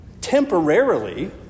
Temporarily